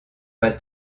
pas